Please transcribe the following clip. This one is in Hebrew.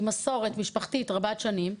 עם מסורת משפחתית רבת שנים,